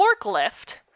forklift